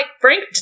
frank